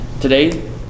today